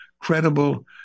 credible